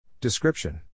Description